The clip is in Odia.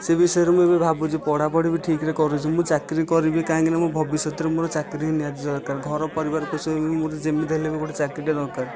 ସେ ବିଷୟରେ ମୁଁ ଏବେ ଭାବୁଛି ପଢ଼ାପଢ଼ି ବି ଠିକରେ କରୁଛି ମୁଁ ଚାକିରି କରିବି କାହିଁକିନା ମୋ ଭବିଷ୍ୟତରେ ମୋର ଚାକିରି ହିଁ ନିହାତି ଦରକାର ଘର ପରିବାର ପୋଷିବା ପାଇଁ ମୋ'ର ଯେମିତି ହେଲେ ବି ଗୋଟିିଏ ଚାକିରିଟିଏ ଦରକାର